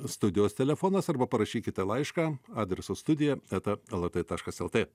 studijos telefonas arba parašykite laišką adresu studija eta lrt taškas lt